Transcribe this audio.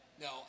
No